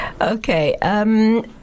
Okay